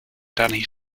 danny